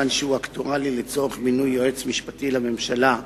כיוון שהוא אקטואלי לצורך מינוי יועץ משפטי לממשלה.